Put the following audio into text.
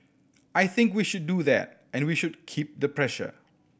I think we should do that and we should keep the pressure